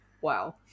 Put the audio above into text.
Wow